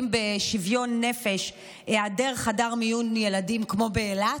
בשוויון נפש היעדר חדר מיון ילדים כמו באילת,